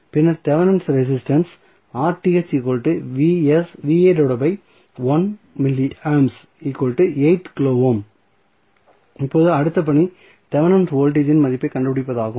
பின்னர் Thevenin resistance இப்போது அடுத்த பணி தெவெனின் வோல்டேஜ் இன் மதிப்பைக் கண்டுபிடிப்பதாகும்